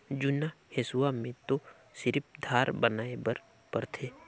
जुन्ना हेसुआ में तो सिरिफ धार बनाए बर परथे